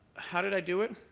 how did i do it?